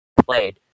played